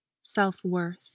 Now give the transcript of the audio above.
self-worth